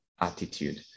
attitude